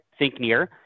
ThinkNear